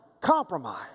compromise